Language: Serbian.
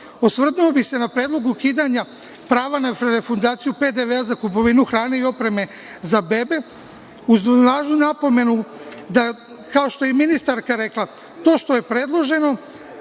osvrnuo bih se na Predlog ukidanja prava na refundaciju PDV za kupovinu hrane i opreme za bebe, uz važnu napomenu, da, kao što je i ministarka rekla –predloženo